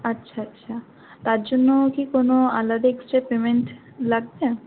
আচ্ছা আচ্ছা তার জন্য কি কোনও আলাদা এক্সট্রা পেমেন্ট লাগবে